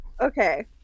okay